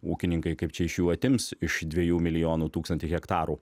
ūkininkai kaip čia iš jų atims iš dviejų milijonų tūkstantį hektarų